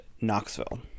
Knoxville